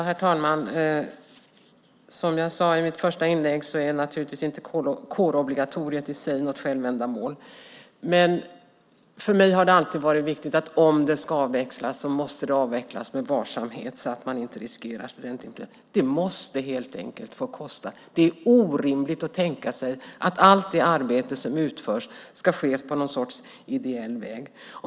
Herr talman! Som jag sade i mitt första inlägg är naturligtvis inte kårobligatoriet i sig något självändamål, men för mig har det alltid varit viktigt att om det ska avvecklas måste det avvecklas med varsamhet så att man inte riskerar studentinflytandet. Det måste helt enkelt få kosta. Det är orimligt att tänka sig att allt det arbete som utförs ska ske på någon sorts ideell väg.